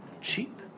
cheap